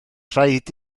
rhaid